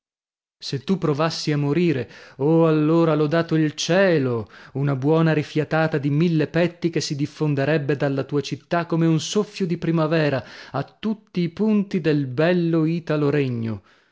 se tu provassi a morire oh allora lodato il cielo una buona rifiatata di mille petti che si diffonderebbe dalla tua città come un soffio di primavera a tutti i punti del bello italo regno